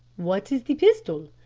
what is the pistol?